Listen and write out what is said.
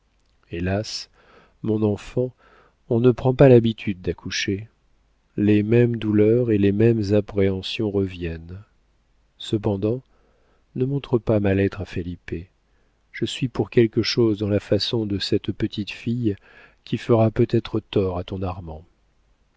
hélas mon enfant on ne prend pas l'habitude d'accoucher les mêmes douleurs et les mêmes appréhensions reviennent cependant ne montre pas ma lettre à felipe je suis pour quelque chose dans la façon de cette petite fille qui fera peut-être tort à ton armand